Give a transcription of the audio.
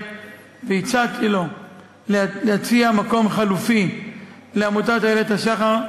והצעתי לו להציע מקום חלופי לעמותת "איילת השחר",